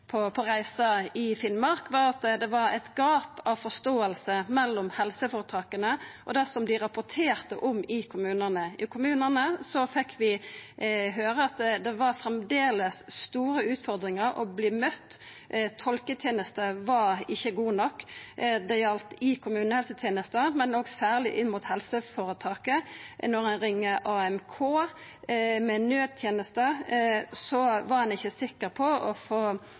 på reise i Finnmark, var at det var eit gap i forståing mellom helseføretaka og det som dei rapporterte om i kommunane. I kommunane fekk vi høyra at det framleis var store utfordringar knytt til det å verta møtt. Tolketenesta var ikkje god nok. Det gjaldt i kommunehelsetenesta, men òg særleg inn mot helseføretaket. Når ein ringte AMK i samband med naudsituasjonar, var ein ikkje sikre på å